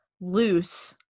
loose